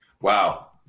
Wow